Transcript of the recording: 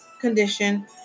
condition